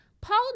Paul